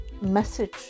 message